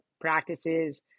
practices